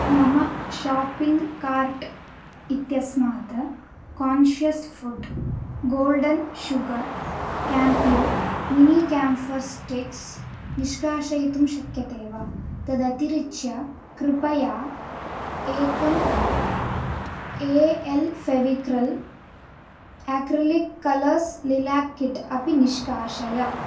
मम shopping cart इत्यस्मात् conscious food golden sugar Kampure mini camphor sticks निष्कासयितुं शक्यते वा तदतिरिच्य कृपया एकं A L Fevicryl acrylic colours lilac kit अपि निष्कासय